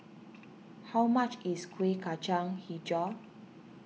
how much is Kuih Kacang HiJau